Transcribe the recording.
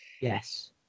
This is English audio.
yes